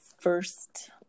first